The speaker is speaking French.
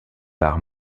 par